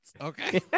Okay